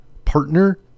partner